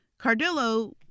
Cardillo